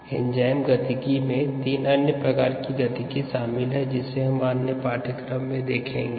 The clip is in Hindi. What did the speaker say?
एंजाइम गतिकी तीन अन्य प्रकार के गतिकी शामिल है जिसे हम अन्य पाठ्यक्रम या व्याख्यान में देखेंगे